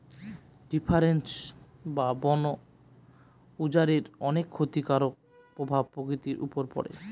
deforestation বা বন উজাড়ের অনেক ক্ষতিকারক প্রভাব প্রকৃতির উপর পড়ে